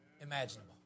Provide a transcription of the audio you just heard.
imaginable